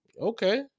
Okay